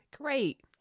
Great